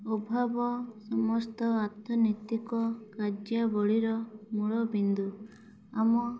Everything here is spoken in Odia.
ଅଭାବ ସମସ୍ତ ଆର୍ଥନୀତିକ କାର୍ଯ୍ୟବଳୀର ମୂଳ ବିନ୍ଦୁ ଆମ